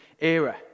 era